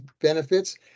benefits